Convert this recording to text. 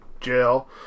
jail